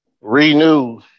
Renew